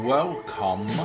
Welcome